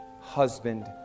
husband